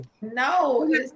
No